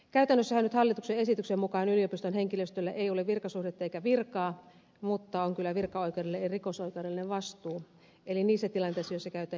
käytännössähän nyt hallituksen esityksen mukaan yliopiston henkilöstöllä ei ole virkasuhdetta eikä virkaa mutta on kyllä virkaoikeudellinen ja rikosoikeudellinen vastuu niissä tilanteissa joissa käytetään julkista valtaa